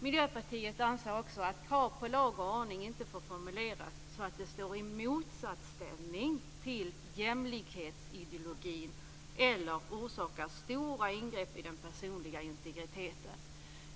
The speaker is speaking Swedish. Miljöpartiet anser också att krav på lag och ordning inte får formuleras så att det står i motsatsställning till jämlikhetsideologin eller orsakar stora ingrepp i den personliga integriteten.